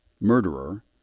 murderer